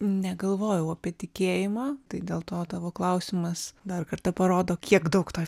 negalvojau apie tikėjimą tai dėl to tavo klausimas dar kartą parodo kiek daug to